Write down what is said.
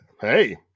Hey